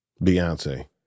Beyonce